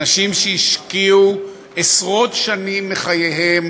אנשים שהשקיעו עשרות שנים מחייהם